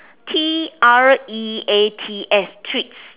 t r e a t s treats